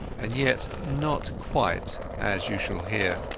and yet not quite, as you shall hear.